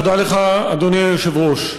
תודה לך, אדוני היושב-ראש.